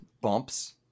Bumps